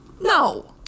No